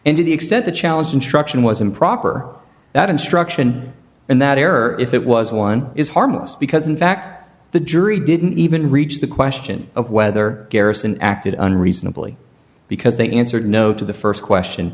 and to the extent the challenge instruction was improper that instruction and that error if it was one is harmless because in fact the jury didn't even reach the question of whether garrison acted unreasonably because they answered no to the st question